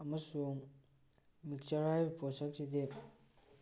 ꯑꯃꯁꯨꯡ ꯃꯤꯛꯆꯔ ꯍꯥꯏꯔꯤꯕ ꯄꯣꯠꯁꯛꯁꯤꯗꯤ